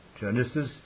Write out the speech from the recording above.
Genesis